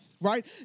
right